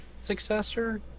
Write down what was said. successor